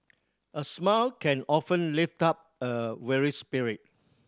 a smile can often lift up a weary spirit